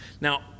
Now